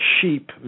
sheep